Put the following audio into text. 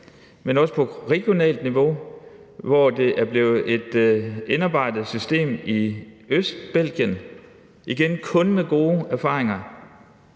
men også på regionalt niveau, hvor det f.eks. er blevet et indarbejdet system i Østbelgien – igen kun med gode erfaringer.